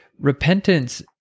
Repentance